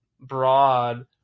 broad